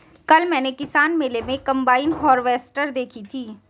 कल मैंने किसान मेले में कम्बाइन हार्वेसटर देखी थी